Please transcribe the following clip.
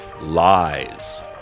lies